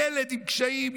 ילד עם קשיים,